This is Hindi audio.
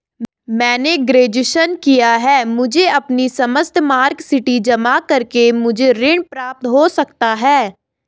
मैंने ग्रेजुएशन किया है मुझे अपनी समस्त मार्कशीट जमा करके मुझे ऋण प्राप्त हो सकता है?